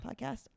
podcast